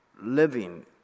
living